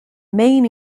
main